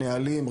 נהלים,